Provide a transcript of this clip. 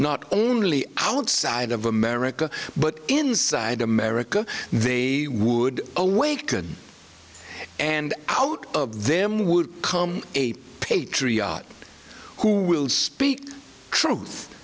not only outside of america but inside america they would awaken and out of them would come a patriotic who will speak truth